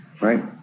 Right